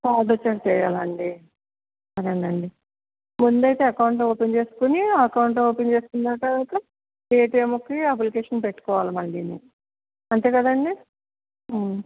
వచ్చాక చేయాలండి సరేనండి ముందైతే అకౌంటు ఓపెను చేసుకుని అకౌంటు ఓపెను చేసుకున్నాక అయితే ఏటీఎంకి అప్లికేషను పెట్టుకోవాలా మళ్ళిని అంతేకదండి